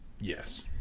Yes